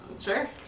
Sure